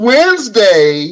Wednesday